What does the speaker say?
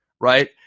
Right